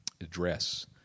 address